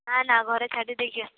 ନା ନା ଘରେ ଛାଡ଼ି ଦେଇକି ଆସିଛି